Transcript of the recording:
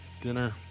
dinner